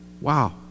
Wow